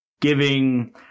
giving